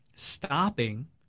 stopping